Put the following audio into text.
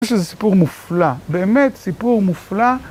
יש איזה סיפור מופלא, באמת סיפור מופלא.